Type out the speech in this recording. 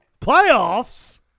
Playoffs